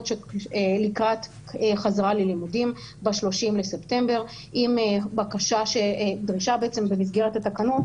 לקראת חזרה ללימודים ב-30 בספטמבר עם דרישה במסגרת התקנות